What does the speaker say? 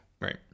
Right